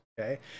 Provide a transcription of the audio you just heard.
Okay